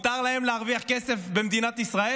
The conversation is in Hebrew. מותר להם להרוויח כסף במדינת ישראל?